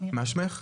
מה שמך?